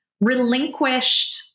relinquished